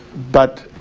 but